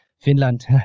Finland